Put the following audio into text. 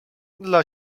dla